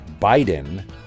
Biden